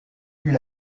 puis